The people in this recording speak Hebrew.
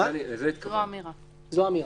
זו האמירה.